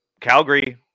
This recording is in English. Calgary